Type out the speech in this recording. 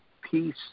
Peace